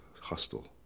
hostile